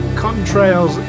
contrails